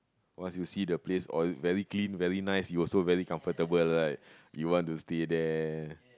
once you see the place all very clean very nice you also very comfortable right you want to stay there